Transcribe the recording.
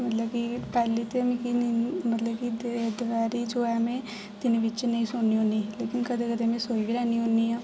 मतलब कि पैह्ले ते मिगी नीं मतलब कि दपैह्री जो ऐ में दिन बिच्च नेईं सौन्नी होन्नी लेकिन कदें कदें में सोई बी लैनी होन्नी आं